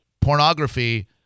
pornography